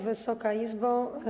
Wysoka Izbo!